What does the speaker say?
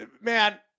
man